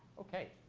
okay.